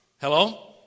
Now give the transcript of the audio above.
Hello